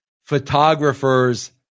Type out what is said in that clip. photographers